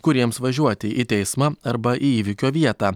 kur jiems važiuoti į teismą arba į įvykio vietą